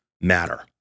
matter